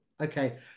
Okay